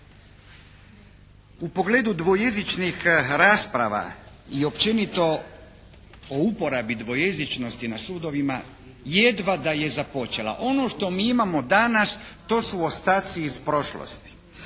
u pogledu dvojezičnih rasprava i općenito o uporabi dvojezičnosti na sudovima jedva da je započela. Ono što mi imamo danas to su ostaci iz prošlosti.